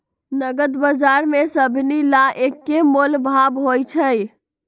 नगद बजार में सभनि ला एक्के मोलभाव होई छई